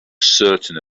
certain